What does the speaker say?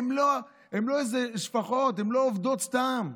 הן לא איזה שפחות, הן לא עובדות סתם.